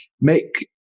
make